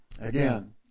again